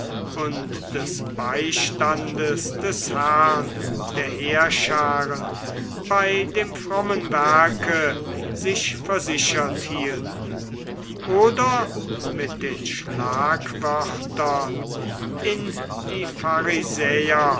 und des beistandes des herrn der heerscharen bei dem frommen werke sich versichert hielten oder mit den schlagwörtern in die